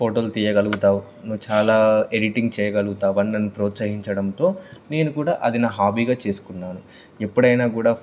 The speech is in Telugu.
ఫోటోలు తీయగలుగుతావు నువ్వు చాలా ఎడిటింగ్ చేయగలుగుతావని నన్ను ప్రోత్సహించడంతో నేను కూడా అది నా హాబీగా చేసుకున్నాను ఎప్పుడైనా కూడా